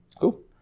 cool